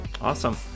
Awesome